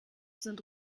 sind